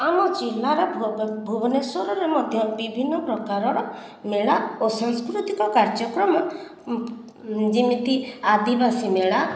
ଆମ ଜିଲ୍ଲାର ଭୁବନେଶ୍ଵରରେ ମଧ୍ୟ ବିଭିନ୍ନ ପ୍ରକାରର ମେଳା ଓ ସାଂସ୍କୃତିକ କାର୍ଯ୍ୟକ୍ରମ ଯେମିତି ଆଦିବାସୀ ମେଳା